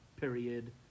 Period